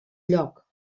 lloc